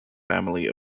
family